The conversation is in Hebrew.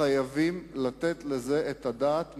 חייבים לתת עליו את הדעת,